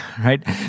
right